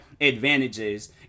advantages